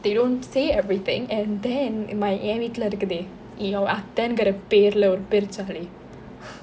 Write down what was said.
they don't say everything and then my என் வீட்டுலே இருக்குதே அத்தை என்கிறே பேருலே ஒரு பெருச்சாளி:en veettule irukkuthe atthai engire perule oru peruchaali